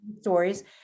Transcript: stories